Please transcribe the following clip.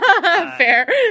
fair